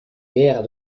guerres